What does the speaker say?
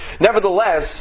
nevertheless